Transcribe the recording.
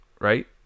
right